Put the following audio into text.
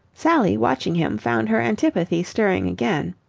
sally, watching him, found her antipathy stirring again.